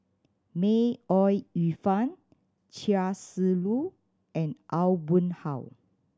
May Ooi Yu Fen Chia Shi Lu and Aw Boon Haw